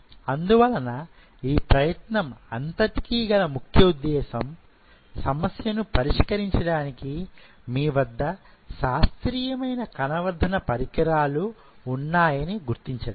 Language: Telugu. అందువలన ఈ ప్రయత్నం అంతటికీ గల ముఖ్య ఉద్దేశం సమస్యను పరిష్కరించడానికి మీ వద్ద శాస్త్రీయమైన కణ వర్ధన పరికరాలు ఉన్నాయని గుర్తించడమే